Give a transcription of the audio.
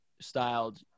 styled